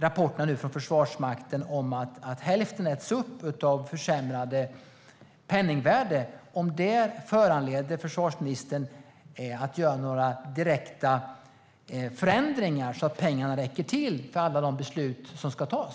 rapporterna från Försvarsmakten om att hälften äts upp av försämrat penningvärde försvarsministern att göra några direkta förändringar så att pengarna räcker till alla de beslut som ska tas?